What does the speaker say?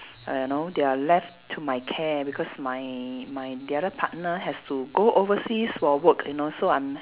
you know they are left to my care because my my the other partner has to go overseas for work you know so I'm